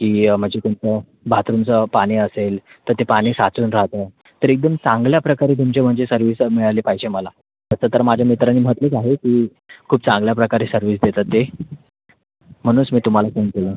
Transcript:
की म्हणजे तुमचं बाथरूमचं पाणी असेल तर ते पाणी साचून राहतं तर एकदम चांगल्या प्रकारे तुमची म्हणजे सर्विस सर मिळाली पाहिजे मला तसं तर माझ्या मित्राने म्हटलंच आहे की खूप चांगल्या प्रकारे सर्विस देतात ते म्हणूनच मी तुम्हाला फोन केला